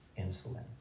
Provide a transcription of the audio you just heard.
insulin